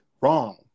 wrong